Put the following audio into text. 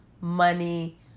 money